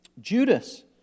Judas